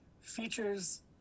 features